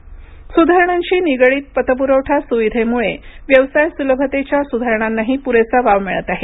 व्यवसाय सलभता सुधारणांशी निगडित पतपुरवठा सुविधेमुळे व्यवसाय सुलभतेच्या सुधारणांनाही पुरेसा वाव मिळत आहे